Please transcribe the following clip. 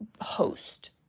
host